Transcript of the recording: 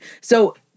So-